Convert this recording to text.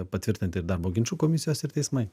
patvirtint ir darbo ginčų komisijos ir teismai